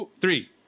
three